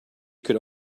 could